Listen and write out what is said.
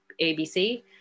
ABC